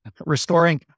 Restoring